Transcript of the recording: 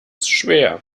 schwer